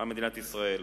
מדינת ישראל.